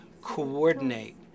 coordinate